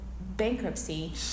bankruptcy